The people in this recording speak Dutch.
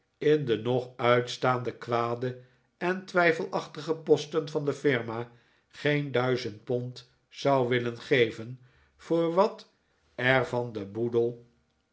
in de nog uitstaande kwade en twijfelachtige posten van de firma geen duizend pond zou willen geven voor wat er van den boedel